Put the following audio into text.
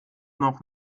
noch